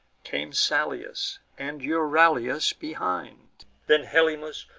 came salius, and euryalus behind then helymus,